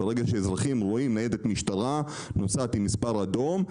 ברגע שאזרחים רואים ניידת משטרה נוסעת עם מספר אדום,